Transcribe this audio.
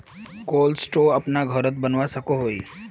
Cold store अपना घोरोत बनवा सकोहो ही?